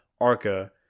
Arca